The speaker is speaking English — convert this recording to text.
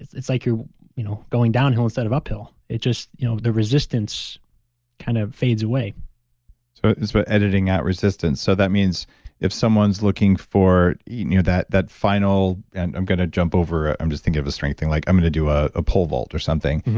it's it's like you're you know going downhill instead of uphill. you know the resistance kind of fades away so, it's about editing out resistance. so, that means if someone's looking for you know that that final. and i'm going to jump over. i'm just thinking of a strength thing, like i'm going to do ah a pole vault or something.